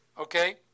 Okay